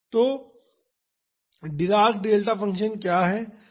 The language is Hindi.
तो डिराक डेल्टा फ़ंक्शन क्या है